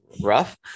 Rough